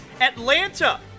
Atlanta